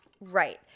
right